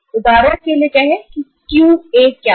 उदाहरण के लिए कहो QA क्या था